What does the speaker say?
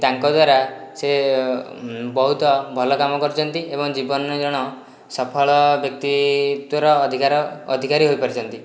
ତାଙ୍କଦ୍ୱାରା ସେ ବହୁତ ଭଲ କାମ କରିଛନ୍ତି ଏବଂ ଜୀବନରେ ଜଣ ସଫଳ ବ୍ୟକ୍ତିତ୍ୱର ଅଧିକାର ଅଧିକାରୀ ହୋଇପାରିଛନ୍ତି